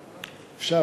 אפשר,